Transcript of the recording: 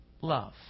love